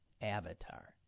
avatar